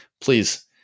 please